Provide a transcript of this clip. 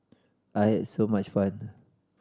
I had so much fun